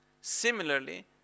Similarly